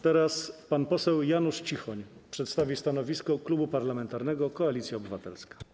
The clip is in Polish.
Teraz pan poseł Janusz Cichoń przedstawi stanowisko Klubu Parlamentarnego Koalicja Obywatelska.